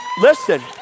listen